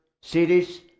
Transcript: cities